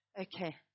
Okay